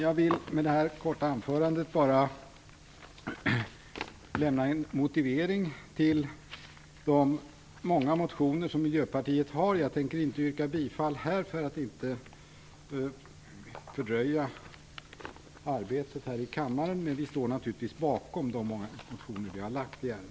Jag ville med detta korta anförande bara lämna en motivering till de många motioner som Miljöpartiet har väckt. Jag tänker inte yrka bifall till dem för att inte fördröja kammarens arbete, men vi står naturligtvis bakom de motioner som vi lämnat i ärendet.